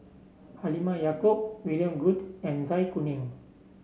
Halimah Yacob William Goode and Zai Kuning